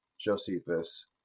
Josephus